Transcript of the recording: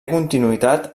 continuïtat